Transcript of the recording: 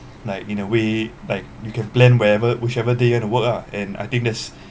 like in a way like you can plan wherever whichever day you want to work ah and I think that's